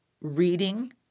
reading